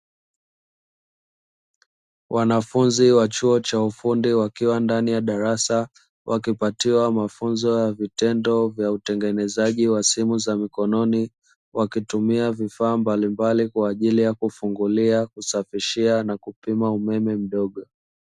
Wanafunzi wa chuo cha ufundi wakiwa ndani ya darasa, wakipatiwa mafunzo ya vitendo vya utengenezaji wa simu za mikononi, wakitumia vifaa mbalimbali kwa ajili ya kufungulia, kusafishia na kupima umeme mdogo.